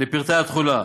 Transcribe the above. לפרטי התכולה,